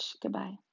Goodbye